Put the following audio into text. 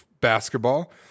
basketball